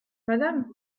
madame